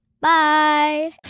Bye